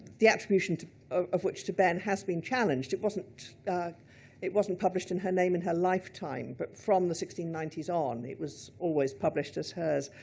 the attribution of of which to behn has been challenged. it wasn't it wasn't published in her name in her lifetime. but from the sixteen ninety s on, it was always published as hers.